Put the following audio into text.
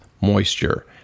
moisture